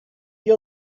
wir